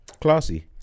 classy